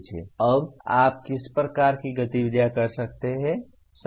अब आप किस प्रकार की गतिविधियाँ कर सकते हैं